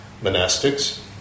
monastics